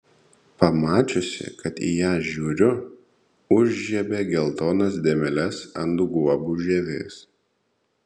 pamačiusi kad į ją žiūriu užžiebė geltonas dėmeles ant guobų žievės